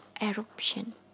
Eruption